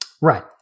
Right